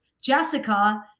Jessica